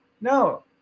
no